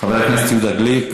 חבר הכנסת יהודה גליק,